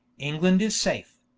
england is safe,